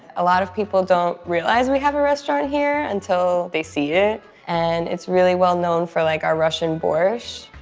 a lot of people don't realize we have a restaurant here until they see it, and it's really well-known for, like, our russian borscht.